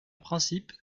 principe